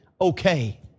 okay